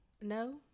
No